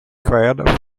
required